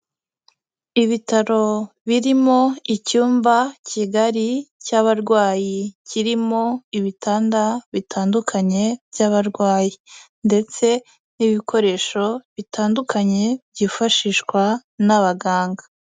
Ibitaro birimo icyumba kigari cy'abarwayi, kirimo ibitanda bitandukanye by'abarwayi. Ndetse n'ibikoresho bitandukanye byifashishwa n'abaganga.